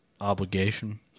obligation